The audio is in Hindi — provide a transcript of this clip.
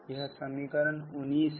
यह समीकरण 19 है